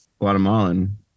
Guatemalan